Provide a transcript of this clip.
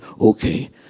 okay